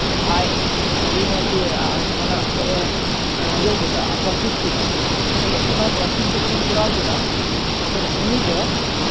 ᱟᱡ ᱟᱹᱰᱤ ᱢᱚᱡᱮ ᱡᱟᱦᱟᱱᱟᱜ ᱠᱷᱚᱱᱮᱭ ᱤᱭᱟᱹ ᱠᱮᱫᱟ ᱯᱨᱚᱯᱷᱤᱴ ᱠᱮᱫᱟ ᱛᱟᱞᱦᱮ ᱚᱱᱟ ᱯᱨᱚᱯᱷᱤᱴ ᱡᱚᱠᱷᱚᱱᱮᱭ ᱠᱚᱨᱟᱣ ᱠᱮᱫᱟ ᱛᱚᱠᱷᱚᱱ ᱩᱱᱤ ᱫᱚ